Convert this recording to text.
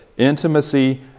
Intimacy